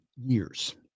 years